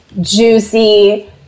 juicy